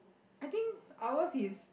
I think ours is